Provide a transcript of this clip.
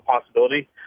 possibility